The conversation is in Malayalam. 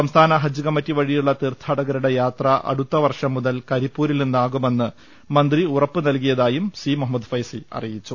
സംസ്ഥാന ഹജ്ജ് കമ്മിറ്റി വഴിയുള്ള തീർഥാടകരുടെ യാത്ര അടുത്ത വർഷം മുതൽ കരിപ്പൂരിൽ നിന്നാകുമെന്ന് മന്ത്രി ഉറപ്പ് നൽകിയതായും സി ഫൈസി അറിയിച്ചു